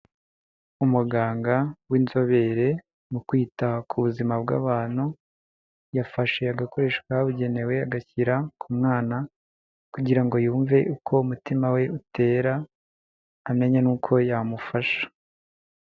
Umuganga w'inzobere mu kwita ku buzima bw'abantu, yafashe agakoresho kabugenewe agashyira ku mwana kugira ngo yumve uko umutima we utera amenya n'uko yamufasha.